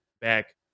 back